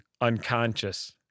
unconscious